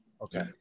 okay